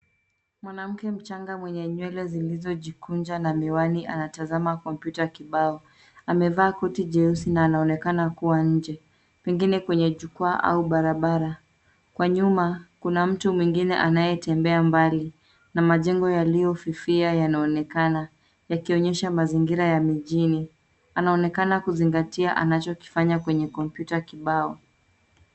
Mwanamke mchanga mwenye nywele zilizojikunja na miwani anatazama kompyuta kibao. Amevaa koti jeusi na anaonekana kuwa nje, pengine kwenye jukwaa au barabara. Kwa nyuma, kuna mtu mwingine anayetembea mbali, na majengo yaliyofifia yanaonekana yakionyesha mazingira ya mijini. Anaonekana kuzingatia anachokifanya kwenye kompyuta kibao.